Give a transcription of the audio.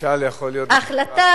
החלטת